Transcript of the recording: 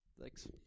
Thanks